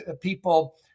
people